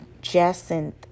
jacinth